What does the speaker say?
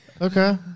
Okay